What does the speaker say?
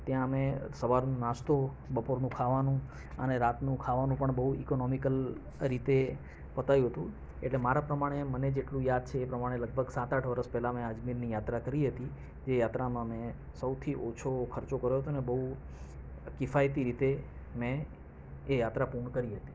ત્યાં અમે સવારનો નાસ્તો બપોરનું ખાવાનું અને રાતનું ખાવાનું પણ બહુ ઇકોનોમિકલ રીતે પતાવ્યું હતું એટલે મારા પ્રમાણે મને જેટલું યાદ છે એ પ્રમાણે લગભગ સાત આઠ વરસ પહેલાં મેં અજમેરની યાત્રા કરી હતી એ યાત્રામાં મેં સૌથી ઓછો ખર્ચો કર્યો તો ને બહુ કિફાયતી રીતે મેં એ યાત્રા પૂર્ણ કરી હતી